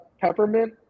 peppermint